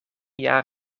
jaar